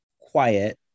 quiet